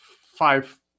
five